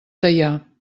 teià